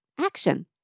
Action